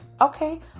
Okay